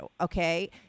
okay